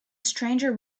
stranger